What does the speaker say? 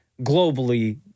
globally